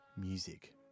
music